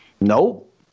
Nope